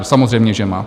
Samozřejmě že má.